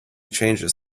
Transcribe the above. changes